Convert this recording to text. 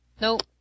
Nope